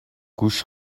گوش